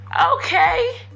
okay